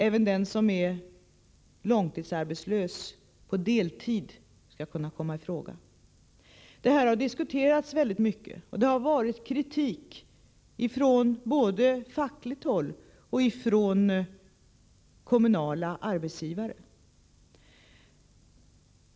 Även den som är långtidsarbetslös på deltid skall kunna komma i fråga. Det här har diskuteras väldigt mycket och det har förekommit kritik både från fackligt håll och från kommunala arbetsgivare.